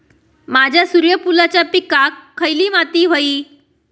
माझ्या सूर्यफुलाच्या पिकाक खयली माती व्हयी?